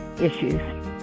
issues